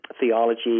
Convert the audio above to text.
theology